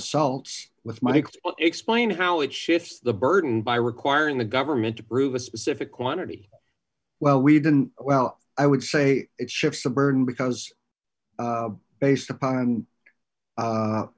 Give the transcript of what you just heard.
assault with mike explained how it shifts the burden by requiring the government to prove a specific quantity well we didn't well i would say it shifts the burden because based upon